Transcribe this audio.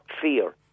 fear